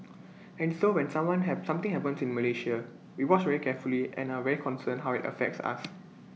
and so when someone have something happens to Malaysia we watch very carefully and are very concerned how IT affects us